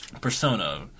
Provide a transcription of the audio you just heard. persona